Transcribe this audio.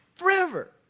Forever